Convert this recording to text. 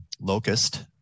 Locust